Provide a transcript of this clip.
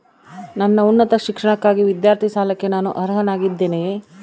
ನನ್ನ ಉನ್ನತ ಶಿಕ್ಷಣಕ್ಕಾಗಿ ವಿದ್ಯಾರ್ಥಿ ಸಾಲಕ್ಕೆ ನಾನು ಅರ್ಹನಾಗಿದ್ದೇನೆಯೇ?